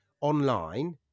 online